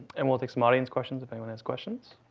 and we'll take some audience questions if anyone has questions.